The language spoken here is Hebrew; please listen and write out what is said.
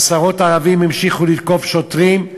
עשרות ערבים המשיכו לתקוף שוטרים,